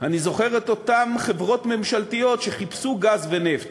אני זוכר את אותן חברות ממשלתיות שחיפשו גז ונפט,